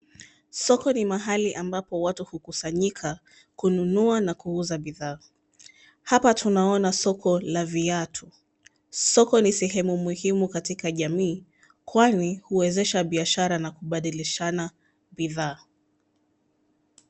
Soko ni mahali ambapo watu hukusanyika kununua na kuuza bidhaa. Hapa tunaona soko la viatu. Soko ni sehemu muhimu katika jamii kwani huwezesha biashara na kubadilishana bidhaa.